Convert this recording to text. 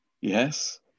Yes